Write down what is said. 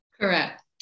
Correct